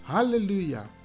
Hallelujah